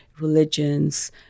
religions